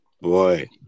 Boy